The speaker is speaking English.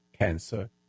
cancer